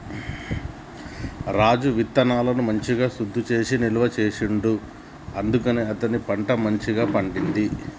రాజు విత్తనాలను మంచిగ శుద్ధి చేసి నిల్వ చేసిండు అందుకనే అతని పంట మంచిగ పండింది